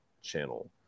channel